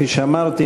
כפי שאמרתי,